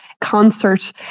concert